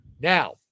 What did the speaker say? Now